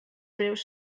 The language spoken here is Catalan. breus